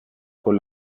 con